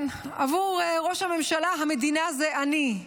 כן, עבור ראש הממשלה, המדינה זה אני.